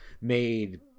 made